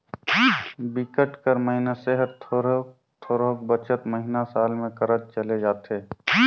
बिकट कर मइनसे हर थोरोक थोरोक बचत महिना, साल में करत चले जाथे